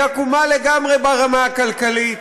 היא עקומה לגמרי ברמה הכלכלית,